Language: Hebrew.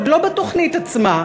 עוד לא בתוכנית עצמה,